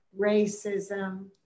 racism